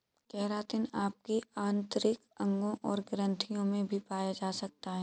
keratin आपके आंतरिक अंगों और ग्रंथियों में भी पाया जा सकता है